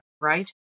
right